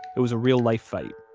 it was a real-life fight,